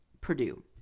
Purdue